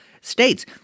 states